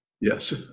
Yes